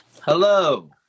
Hello